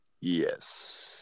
Yes